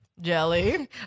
Jelly